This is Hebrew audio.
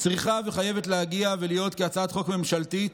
צריכה וחייבת להגיע ולהיות כהצעת חוק ממשלתית.